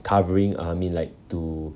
covering uh mean like to